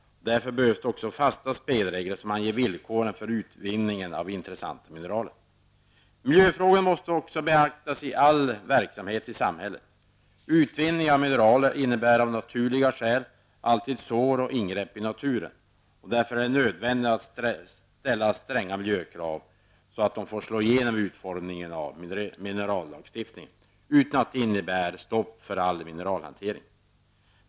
Därför behövs också fasta spelregler som anger villkoren för utvinning av intressanta mineraler. Miljöfrågorna måste också beaktas i all verksamhet i samhället. Utvinning av mineraler innebär av naturliga skäl alltid sår och ingrepp i naturen. Därför är det nödvändigt att uppställa stränga miljökrav som får slå igenom vid utformningen av minerallagstiftningen, utan att det innebär stopp för all mineralhantering.